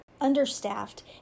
understaffed